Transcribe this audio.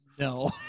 No